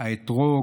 האתרוג,